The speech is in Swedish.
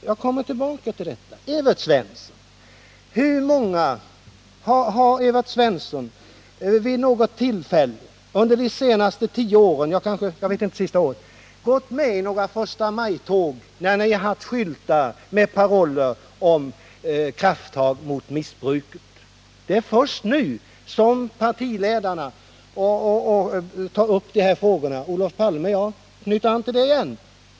Jag kommer tillbaka till detta: Har Evert Svensson vid något tillfälle under de senaste tio åren gått med i ett förstamajtåg, där ni haft skyltar med paroller om krafttag mot missbruket? Det är först nu som Olof Palme och de övriga partiledarna tagit upp de här frågorna.